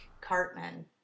Cartman